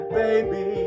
baby